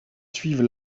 suivent